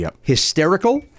hysterical